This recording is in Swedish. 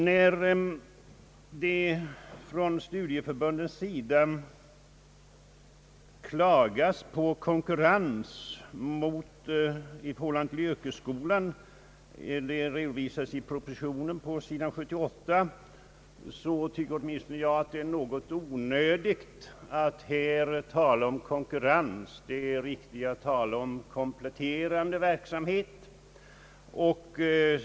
När studieförbunden klagar på konkurrens i förhållande till yrkesskolan — det redovisas i propositionen på sidan 78 — så tycker åtminstone jag att det är onödigt att här tala om konkurrens. Det är riktigare att tala om kompletterande verksamhet.